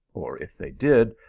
or if they did,